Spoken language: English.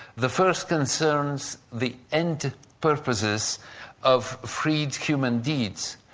the first concerns the end purposes of freed human deeds,